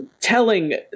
telling